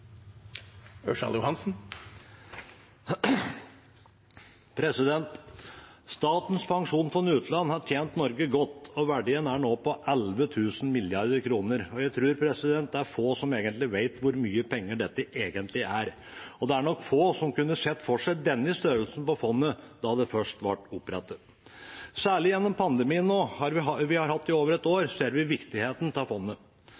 nå på 11 000 mrd. kr. Jeg tror det er få som vet hvor mye penger dette egentlig er, og det er nok få som kunne sett for seg denne størrelsen på fondet da det først ble opprettet. Særlig gjennom pandemien, som vi har hatt i over et år, ser vi viktigheten av fondet.